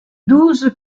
douze